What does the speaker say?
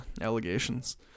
allegations